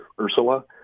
Ursula